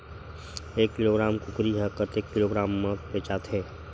एक किलोग्राम कुकरी ह कतेक किलोग्राम म बेचाथे?